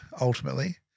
ultimately